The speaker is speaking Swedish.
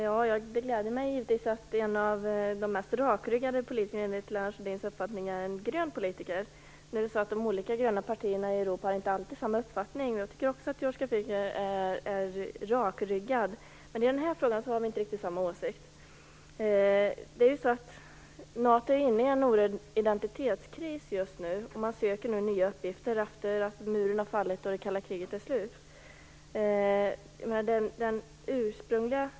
Fru talman! Det gläder mig givetvis att en av de mest rakryggade politikerna enligt Lennart Rohdins uppfattning är en grön politiker. Nu har de gröna partierna i Europa inte alltid samma uppfattning. Också jag tycker att Joshka Fischer är rakryggad, men i den här frågan har vi inte riktigt samma åsikt. NATO är inne i en svår identitetskris och söker nya uppgifter nu när muren har fallit och det kalla kriget är slut.